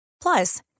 Plus